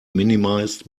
minimized